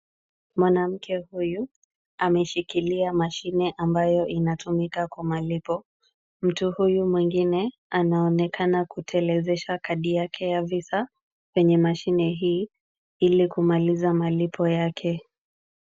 Mwanamke huyu ameshikilia mashine ambayo inatumika kwa malipo. Mtu huyu mwingine anaonekana kutelezesha kandi yake ya visa kwenye mashine hii, ili kumaliza malipo yake.